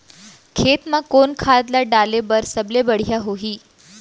खेत म कोन खाद ला डाले बर सबले बढ़िया होही?